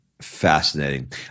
fascinating